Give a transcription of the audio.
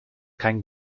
kein